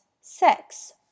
sex